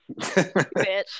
Bitch